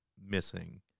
missing